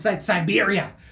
Siberia